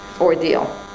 ordeal